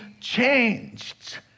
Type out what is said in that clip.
changed